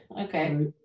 Okay